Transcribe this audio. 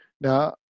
Now